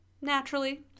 naturally